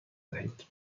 دهید